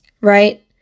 right